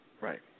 Right